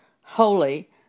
holy